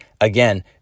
again